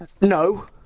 no